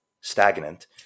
stagnant